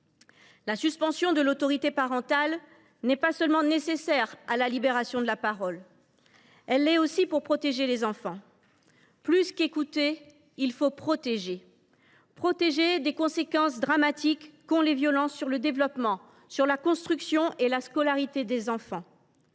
La suspension de l’autorité parentale n’est pas seulement nécessaire à la libération de la parole : elle l’est aussi pour protéger les enfants. Plus qu’écouter, il faut protéger des conséquences dramatiques qu’ont les violences sur le développement, sur la construction et la scolarité des enfants.